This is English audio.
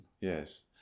Yes